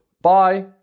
Bye